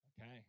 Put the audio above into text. Okay